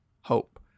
hope